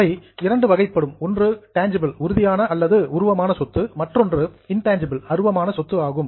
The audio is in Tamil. அவை இரண்டு வகைப்படும் ஒன்று டேன்ஜிபிள் உறுதியான அல்லது உருவமான சொத்து மற்றொன்று இன்டேன்ஜிபிள் அருவமான சொத்து ஆகும்